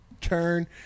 turn